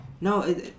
No